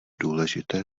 důležité